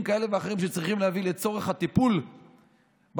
כאלה ואחרים שצריכים להביא לצורך הטיפול בקורונה,